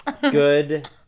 Good